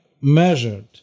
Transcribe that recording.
measured